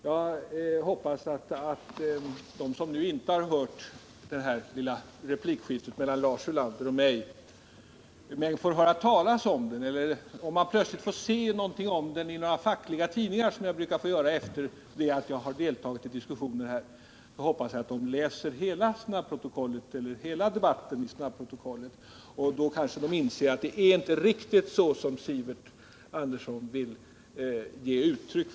Jag hoppas att de som inte har hört det lilla replikskiftet mellan Lars Ulander och mig men som får höra talas om det eller plötsligt får läsa någonting om det i några fackliga tidningar — vilket jag brukar få göra efter det att jag har deltagit i riksdagsdebatter — läser hela debatten i snabbprotokollet. Då kanske de inser att det inte riktigt är så som Sivert Andersson vill ge sken av.